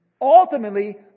Ultimately